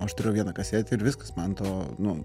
aš turėjau vieną kasetę ir viskas man to nu